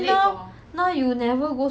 you take to where sengkang